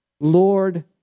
Lord